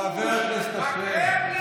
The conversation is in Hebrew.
אתה שפוט של שר האוצר.